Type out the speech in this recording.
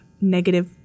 negative